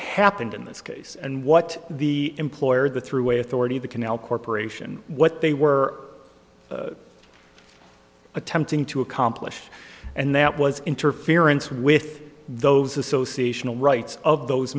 happened in this case and what the employer the thruway authority the canal corporation what they were attempting to accomplish and that was interference with those association rights of those